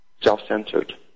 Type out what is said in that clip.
self-centered